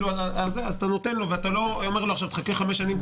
אתה נותן לו ולא אומר לו: תחכה חמש שנים,